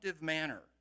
manner